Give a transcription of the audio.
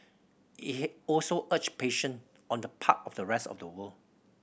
it also urged patience on the part of the rest of the world